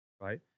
right